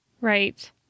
Right